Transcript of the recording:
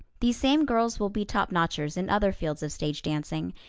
these same girls will be topnotchers in other fields of stage dancing,